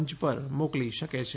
મંચ ઉપર મોકલી શકે છે